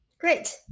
Great